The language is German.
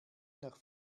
nach